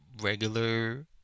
regular